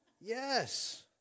Yes